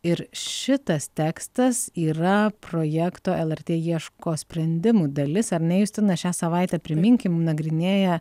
ir šitas tekstas yra projekto lrt ieško sprendimų dalis ar ne justina šią savaitę priminkim nagrinėja